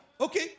Okay